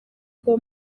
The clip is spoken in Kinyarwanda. kuba